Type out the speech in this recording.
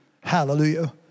Hallelujah